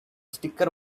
sticker